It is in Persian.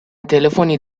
تلفنی